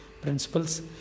principles